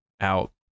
out